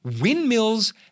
Windmills